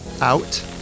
out